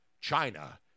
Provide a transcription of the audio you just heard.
China